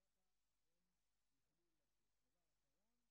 אנחנו גם לא רוצים לעשות את מה ששנוא עלינו ולייצא קורונה.